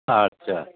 আচ্ছা